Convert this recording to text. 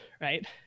right